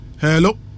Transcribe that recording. Hello